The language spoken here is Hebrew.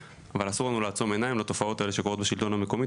אבל אסור לנו לעצום עיניים לתופעות האלה שקורות בשלטון המקומי.